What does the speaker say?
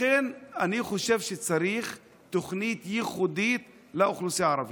לכן אני חושב שצריך תוכנית ייחודית לאוכלוסייה הערבית.